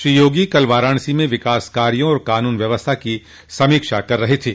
श्री योगी कल वाराणसी में विकास कार्यो और कानून व्यवस्था की समीक्षा कर रहे थे